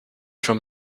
from